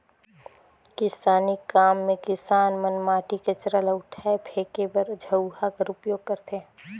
किसानी काम मे किसान मन माटी, कचरा ल उठाए फेके बर झउहा कर उपियोग करथे